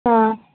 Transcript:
ಹಾಂ